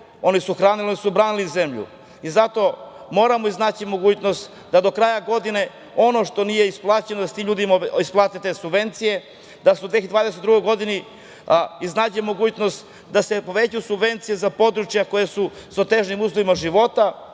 oni su hranili, oni su branili zemlju. Zato moramo iznaći mogućnost da do kraja godine ono što nije isplaćeno da se tim ljudima isplate subvencije, da se u 2022. godini iznađe mogućnost da se povećaju subvencije za područja koja su sa otežanim uslovima života,